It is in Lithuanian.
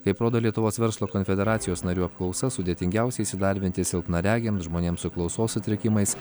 kaip rodo lietuvos verslo konfederacijos narių apklausa sudėtingiausia įsidarbinti silpnaregiams žmonėms su klausos sutrikimais